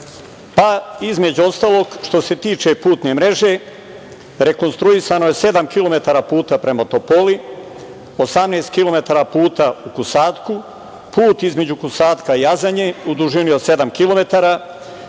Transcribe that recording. između ostalog, što se tiče putne mreže, rekonstruisano je sedam kilometara puta prema Topoli, 18 kilometara puta u Kusadku, put između Kusadka i Azanje u dužini od sedam